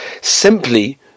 simply